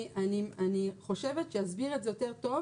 אני חושבת שיסביר את זה יותר טוב